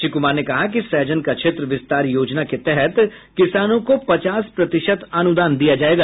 श्री कुमार ने कहा कि सहजन का क्षेत्र विस्तार योजना के तहत किसानों को पचास प्रतिशत अनुदान दिया जायेगा